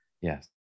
Yes